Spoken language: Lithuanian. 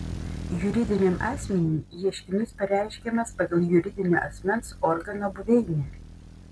juridiniam asmeniui ieškinys pareiškiamas pagal juridinio asmens organo buveinę